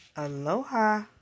Aloha